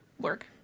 work